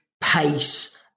pace